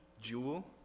jewel